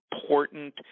important